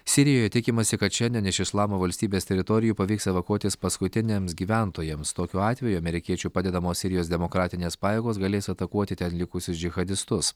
sirijoje tikimasi kad šiandien iš islamo valstybės teritorijų pavyks evakuotis paskutiniams gyventojams tokiu atveju amerikiečių padedamos sirijos demokratinės pajėgos galės atakuoti ten likusius džihadistus